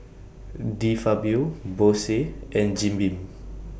De Fabio Bose and Jim Beam